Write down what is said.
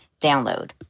download